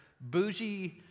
bougie